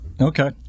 Okay